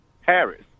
Harris